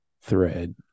thread